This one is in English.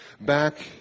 back